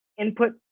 input